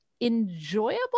enjoyable